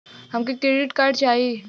हमके credit card चाही